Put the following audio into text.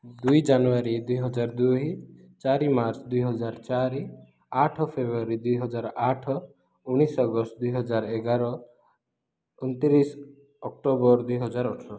ଦୁଇ ଜାନୁଆରୀ ଦୁଇ ହଜାର ଦୁଇ ଚାରି ମାର୍ଚ୍ଚ୍ ଦୁଇ ହଜାର ଚାରି ଆଠ ଫେବୃଆରୀ ଆଠ ଉଣେଇଶ ଅଗଷ୍ଟ୍ ଦୁଇ ହଜାର ଏଗାର ଅଣତିରିଶ ଅକ୍ଟୋବର୍ ଦୁଇ ହଜାର ଅଠର